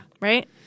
Right